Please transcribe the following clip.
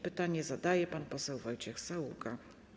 Pytanie zadaje pan poseł Wojciech Saługa.